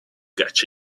catch